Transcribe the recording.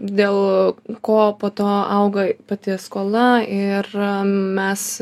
dėl ko po to auga pati skola ir mes